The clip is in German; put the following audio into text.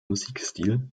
musikstil